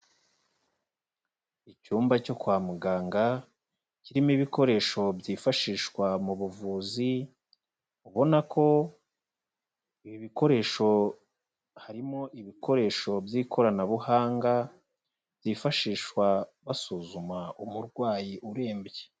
Icyumba cyo kwa muganga kirimo ibikoresho byifashishwa mu buvuzi, ubona ko ibi bikoresho harimo ibikoresho by'ikoranabuhanga byifashishwa basuzuma umurwayi urembye.